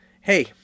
Hey